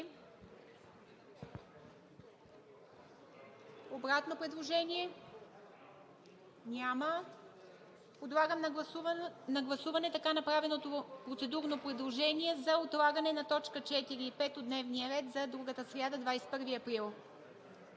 Обратно предложение? Няма. Подлагам на гласуване така направеното процедурно предложение за отлагане на точки 3 и 4 от дневния ред за другата сряда, 21 април.